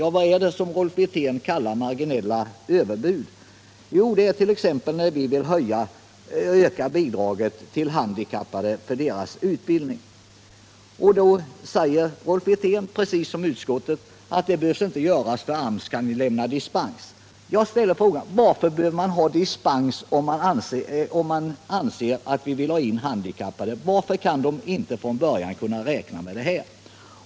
Vad är det då som Rolf Wirtén kallar marginella överbud? Jo, t.ex. vårt förslag att man skall höja utbildningsbidraget till handikappade. Rolf Wirtén säger, precis som utskottsmajoriteten i övrigt, att de bidragen inte behöver höjas, eftersom AMS kan ge dispens. Varför behöver man ha dispens om man anser att man vill ha in handikappade? Varför kan systemet inte vara sådant att de från början kan räkna med ordentliga bidrag?